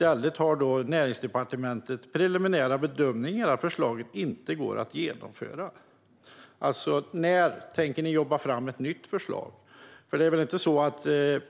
men Näringsdepartementets preliminära bedömning är att förslaget inte går att genomföra. När tänker ni jobba fram ett nytt förslag?